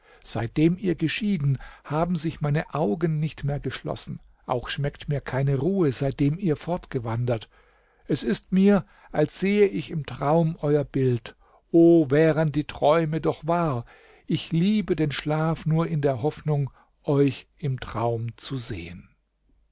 seitdem ihr geschieden haben sich meine augen nicht mehr geschlossen auch schmeckt mir keine ruhe seitdem ihr fortgewandert es ist mir als sehe ich im traum euer bild o wären die träume doch wahr ich liebe den schlaf nur in der hoffnung euch im traum zu sehen